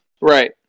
Right